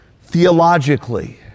Theologically